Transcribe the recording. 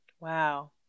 Wow